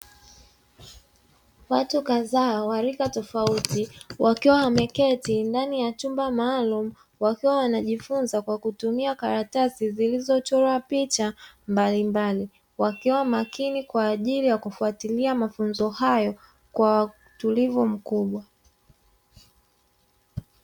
Watu kadhaa wa rika tofauti wakiwa wameketi ndani ya chumba maalumu, wakiwa wanajifunza kwa kutumia karatasi zilizochorwa picha mbalimbali. Wakiwa makini kwa ajili ya kufuatilia mafunzo hayo kwa utulivu mkubwa.